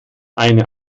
eine